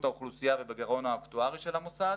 האוכלוסייה ובגירעון האקטוארי של המוסד,